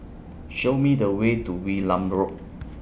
Show Me The Way to Wee Nam Road